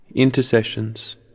Intercessions